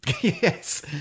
Yes